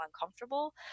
uncomfortable